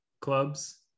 clubs